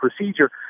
procedure